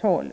tolv?